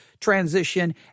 transition